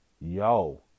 yo